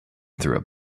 through